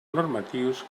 normatius